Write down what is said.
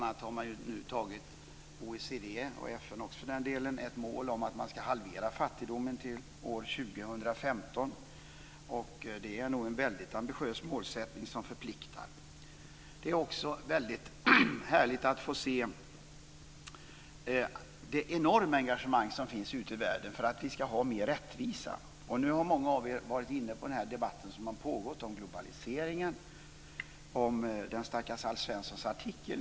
Man har bl.a. i OECD och i FN ett mål om att halvera fattigdomen till år 2015, och det är nog en ambitiös målsättning som förpliktar. Det är också härligt att få se det enorma engagemang som finns ute i världen för att vi ska ha mer rättvisa. Många av er har varit inne på den debatt som har pågått om globaliseringen, och om den stackars Alf Svenssons artikel.